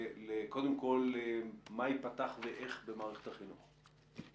קודם כול, מה ייפתח ואיך במערכת החינוך?